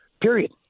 period